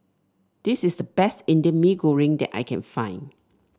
this is the best Indian Mee Goreng that I can find